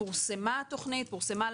הוא חוק שעבר בשנת 2018, שמטרתו